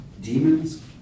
demons